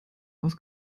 aus